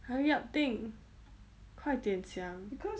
hurry up think 快点想